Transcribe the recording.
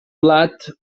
plat